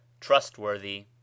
trustworthy